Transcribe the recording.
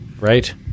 right